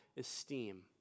esteem